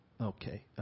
Okay